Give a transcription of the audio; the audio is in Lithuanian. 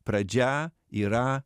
pradžia yra